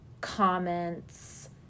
comments